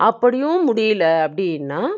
அப்படியும் முடியல அப்படியின்னா